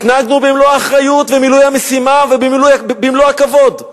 התנהגנו במלוא האחריות במילוי המשימה ובמלוא הכבוד,